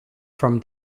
from